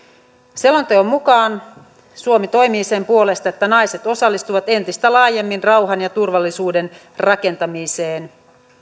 selonteon mukaan suomi toimii sen puolesta että naiset osallistuvat entistä laajemmin rauhan ja turvallisuuden rakentamiseen